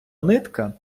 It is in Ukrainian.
нитка